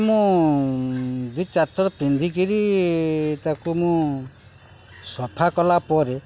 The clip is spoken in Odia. ମୁଁ ଦୁଇ ଚାରିଥର ପିନ୍ଧି କରି ତାକୁ ମୁଁ ସଫା କଲା ପରେ